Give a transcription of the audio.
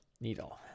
Needle